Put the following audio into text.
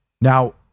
Now